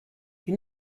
you